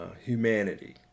humanity